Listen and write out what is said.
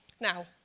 Now